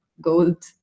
gold